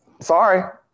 sorry